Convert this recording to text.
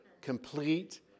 complete